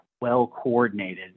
well-coordinated